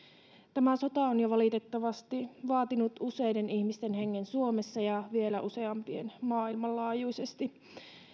tämä sota on valitettavasti vaatinut jo useiden ihmisten hengen suomessa ja vielä useampien maailmanlaajuisesti